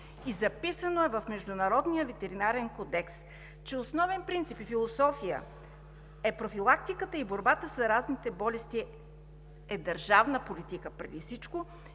Записано е в Международния ветеринарен кодекс, че основен принцип и философия е: профилактиката и борбата със заразните болести е държавна политика преди всичко